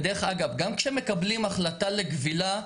דרך אגב, גם כשמקבלים החלטה לכבילה,